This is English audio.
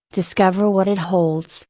discover what it holds,